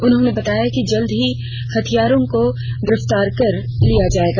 उन्होंने बताया कि जल्द ही हत्यारों को गिरफ्तार कर लिया जाएगा